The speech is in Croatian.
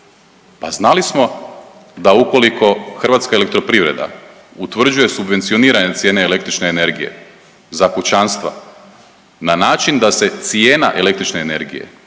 Pa znali smo da ukoliko HEP utvrđuje subvencionirane cijene električne energije za kućanstva na način da se cijena električne energije